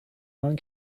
one